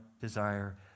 desire